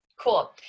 Cool